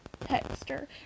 texter